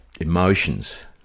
emotions